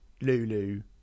Lulu